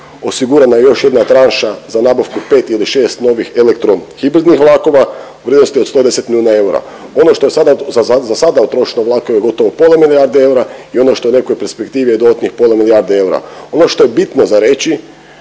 osigurana je još jedna tranša za nabavku 5 ili 6 novih elektrohibridnih vlakova u vrijednosti od 110 milijuna eura. Ono što je sada, za sada utrošeno u vlakove gotovo pola milijarde eura i ono što je u nekoj perspektivi je dodatnih pola milijarde eura. Ono što je bitno za reći,